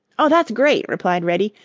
oh, that's great! replied reddy.